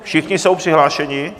Všichni jsou přihlášeni?